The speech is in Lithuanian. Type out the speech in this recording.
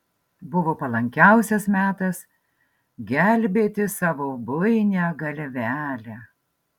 buvo palankiausias metas gelbėti savo buinią galvelę